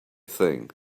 thing